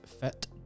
fit